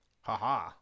Haha